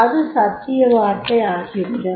அது சத்திய வார்த்தையாகிவிடும்